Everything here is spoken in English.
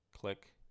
click